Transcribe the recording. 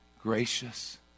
gracious